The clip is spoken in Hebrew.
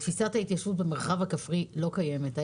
תפיסת ההתיישבות במרחב הכפרי לא קיימת.